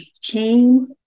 chain